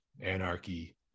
anarchy